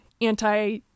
anti